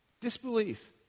Disbelief